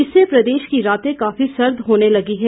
इससे प्रदेश की रातें काफी सर्द होने लगी है